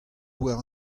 war